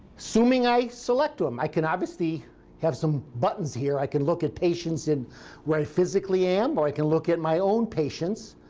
assuming i select him, i can obviously have some buttons here. i can look at patients and where i physically am, or i can look at my own patients,